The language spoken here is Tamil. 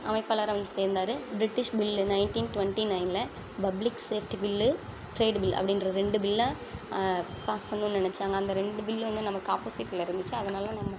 அமைப்பாளராக வந்து சேர்ந்தாரு ப்ரிட்டிஷ் பில்லு நைன்ட்டீன் டொன்ட்டி நைன்ல public safety bill trade bill அப்படின்ற ரெண்டு பில்லை பாஸ் பண்ணணும்னு நினச்சாங்க அந்த ரெண்டு பில்லு வந்து நமக்கு ஆப்போசிட்ல இருந்துச்சு அதனால் நம்ம